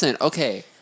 okay